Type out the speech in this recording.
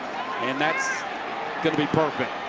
and that's going to be perfect.